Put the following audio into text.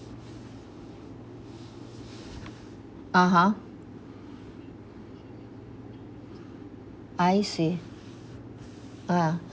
(uh huh) I see ah